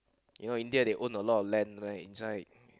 you know India they own a lot of land right inside